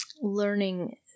learning